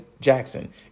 Jackson